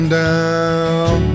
down